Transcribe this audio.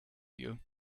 you